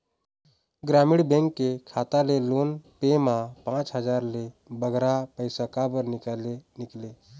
ग्रामीण बैंक के खाता ले फोन पे मा पांच हजार ले बगरा पैसा काबर निकाले निकले?